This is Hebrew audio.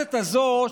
הכנסת הזאת,